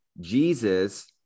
Jesus